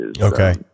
Okay